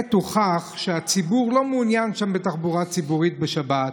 כעת הוכח שהציבור לא מעוניין שם בתחבורה ציבורית בשבת,